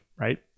right